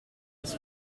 his